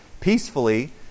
peacefully